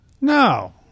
No